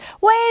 wait